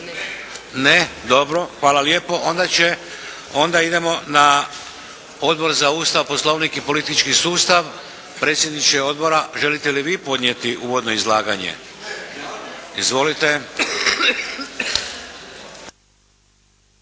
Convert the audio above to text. Ne. Dobro. Hvala lijepo. Onda će, onda idemo na Odbor za Ustav, poslovnik i politički sustav. Predsjedniče Odbora želite li vi podnijeti uvodno izlaganje? Izvolite.